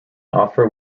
offer